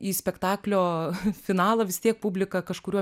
į spektaklio finalą vis tiek publika kažkuriuo